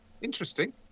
interesting